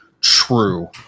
true